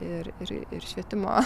ir ir ir švietimo